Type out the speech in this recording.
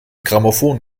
grammophon